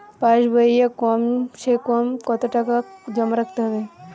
পাশ বইয়ে কমসেকম কত টাকা জমা রাখতে হবে?